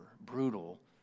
brutal